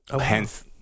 Hence